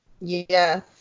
yes